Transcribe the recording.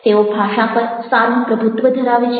તેઓ ભાષા પર સારું પ્રભુત્વ ધરાવે છે